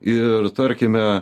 ir tarkime